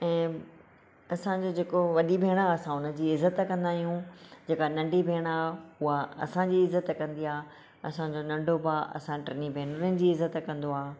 ऐं असां जो जेको वॾी भेण आहे असां हुन जी इज्ज़त कंदा आहियूं जेका नंढी भेण आहे उहा असां जी इज्ज़त कंदी आहे असां जो नंढो भाउ असां टिनि भेनरुनि जी इज्ज़त कंदो आहे